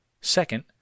Second